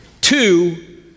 Two